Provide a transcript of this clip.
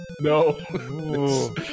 No